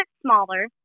smaller